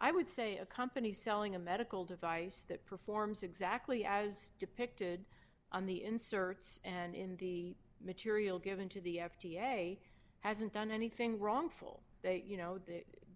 i would say a company selling a medical device that performs exactly as depicted on the inserts and in the material given to the f d a hasn't done anything wrong full that you know